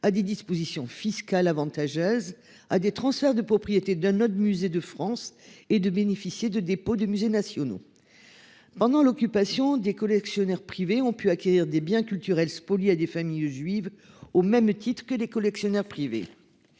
à des dispositions fiscales avantageuses à des transferts de propriété de notre musée de France et de bénéficier de dépôt de musées nationaux. Pendant l'occupation des collectionneurs privés ont pu acquérir des biens culturels spoliés à des familles juives au même titre que des collectionneurs privés.